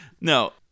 No